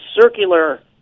circular